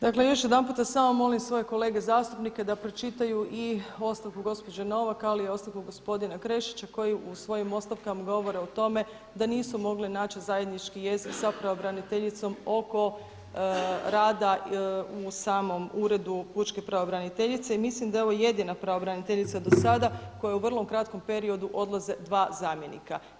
Dakle još jedanput, samo molim svoje kolege zastupnike da pročitaju i ostavku gospođe Novak ali i ostavku gospodina Krešića koji u svojim ostavkama govore o tome da nisu mogli naći zajednički jezik sa pravobraniteljicom oko rada u samom Uredu pučke pravobraniteljice i mislim da je ovo jedina pravobraniteljica do sada kojoj u vrlo kratkom periodu odlaze dva zamjenika.